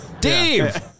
Dave